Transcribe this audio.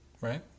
right